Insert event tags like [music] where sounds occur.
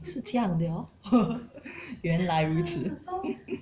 是这样的 orh [noise] 原来如此 [noise]